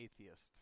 atheist